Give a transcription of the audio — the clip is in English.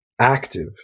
active